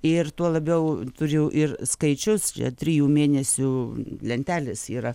ir tuo labiau turiu ir skaičius čia trijų mėnesių lentelės yra